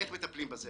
איך מטפלים בזבל.